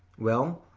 well,